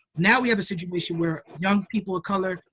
now we have a situation where young people of color,